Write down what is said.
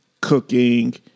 cooking